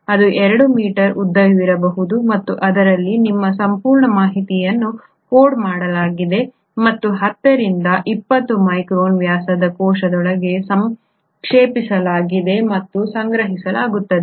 ಇದು 2 ಮೀಟರ್ ಉದ್ದವಿರಬಹುದು ಮತ್ತು ಅದರಲ್ಲಿ ನಿಮ್ಮ ಸಂಪೂರ್ಣ ಮಾಹಿತಿಯನ್ನು ಕೋಡ್ ಮಾಡಲಾಗಿದೆ ಮತ್ತು 10 ರಿಂದ 20 ಮೈಕ್ರಾನ್ ವ್ಯಾಸದ ಕೋಶದೊಳಗೆ ಸಂಕ್ಷೇಪಿಸಲಾಗಿದೆ ಮತ್ತು ಸಂಗ್ರಹಿಸಲಾಗುತ್ತದೆ